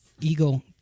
Eagle